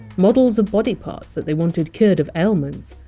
models of body parts that they wanted cured of ailments,